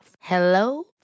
Hello